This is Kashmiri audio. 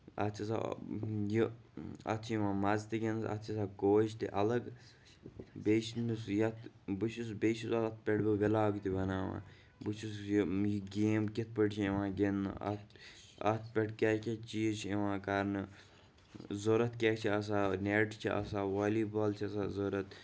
اَتھ چھُ آسان یہِ اَتھ چھُ یِوان مَزٕ تہِ گِندنَس اَتھ چھُ آسان کوچ تہِ اَلگ بیٚیہِ چھُنہٕ سُہ یَتھ بہٕ چھُس بیٚیہِ چھُس اَتھ پٮ۪ٹھ بہٕ وِلاگ تہِ بَناوان بہٕ چھُس یہِ یہِ گیم کِتھ پٲٹھۍ چھُ یِوان گِندنہٕ اَتھ پٮ۪ٹھ کیاہ کیاہ چیٖز چھِ یِوان کرنہٕ ضروٗرت کیاہ چھُ آسان نیٹ چھُ آسان والی بال چھِ آسان ضروٗرت